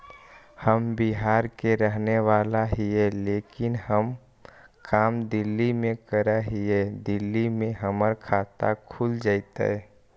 हम बिहार के रहेवाला हिय लेकिन हम काम दिल्ली में कर हिय, दिल्ली में हमर खाता खुल जैतै?